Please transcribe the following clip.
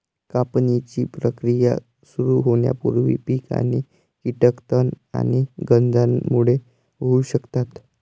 कापणीची प्रक्रिया सुरू होण्यापूर्वी पीक आणि कीटक तण आणि गंजांमुळे होऊ शकतात